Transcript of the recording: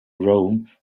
rome